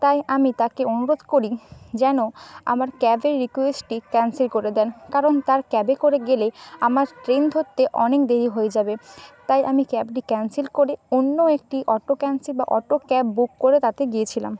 তাই আমি তাকে অনুরোধ করি যেন আমার ক্যাবের রিকোয়েস্টটি ক্যান্সেল করে দেন কারণ তার ক্যাবে করে গেলে আমার ট্রেন ধরতে অনেক দেরি হয়ে যাবে তাই আমি ক্যাবটি ক্যান্সেল করে অন্য একটি অটো ক্যান্সে বা অটো ক্যাব বুক করে তাতে গিয়েছিলাম